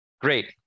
Great